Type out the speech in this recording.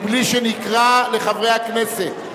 מבלי שנקרא לחברי הכנסת.